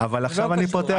אבל עכשיו אני פותח אצלכם בעיר.